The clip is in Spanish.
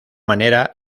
manera